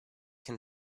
can